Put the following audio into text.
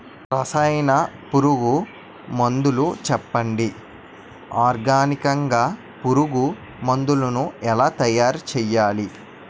రసాయన పురుగు మందులు చెప్పండి? ఆర్గనికంగ పురుగు మందులను ఎలా తయారు చేయాలి?